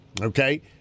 Okay